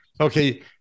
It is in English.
Okay